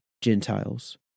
Gentiles